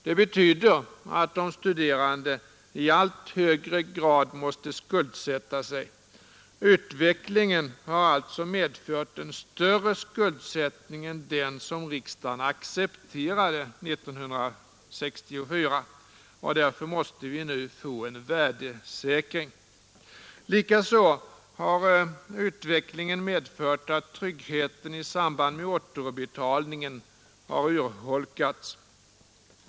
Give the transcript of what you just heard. Det betyder att de studerande i allt högre grad måste skuldsätta sig. Utvecklingen har också medfört en större skuldsättning än den som riksdagen accepterade 1964, och därför måste vi nu få en värdesäkring. Likaså har utvecklingen medfört att tryggheten i samband med återbetalningen har urholkats.